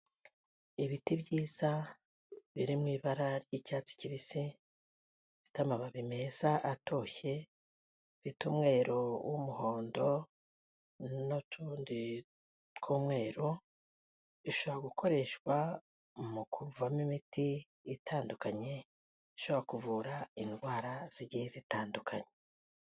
Ibiti byiza biri mu ibara ry'icyatsi kibisi bifite amababi meza atoshye, bifite umweru w'umuhondo n'utundi tw'umweru, ishobora gukoreshwa mu kuvamo imiti itandukanye ishobora kuvura indwara zigiye zitandukanye.